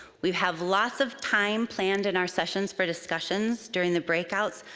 we have lots of time planned in our sessions for discussions during the breakouts,